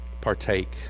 partake